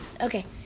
Okay